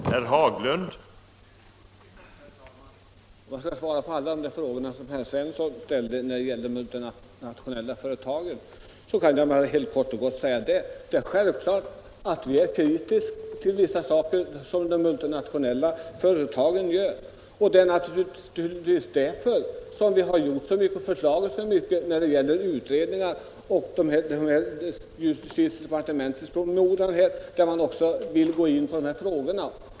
Herr talman! För att svara på de frågor som herr Svensson i Malmö ställde till mig när det gäller de multinationella företagen kan jag kort och gott säga att vi självklart är kritiska mot vissa saker som de gör. Det är naturligtvis också därför som vi har tillsatt utredningar. Även i justitiedepartementets promemoria säger man sig vilja gå in på dessa frågor.